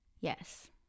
Yes